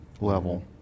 level